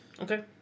Okay